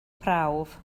prawf